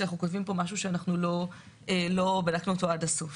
שאנחנו כותבים פה משהו שלא בדקנו אותו עד הסוף.